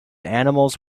animals